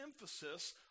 emphasis